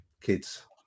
kids